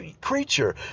creature